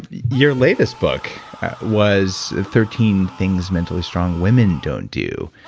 your latest book was thirteen things mentally strong women don't do.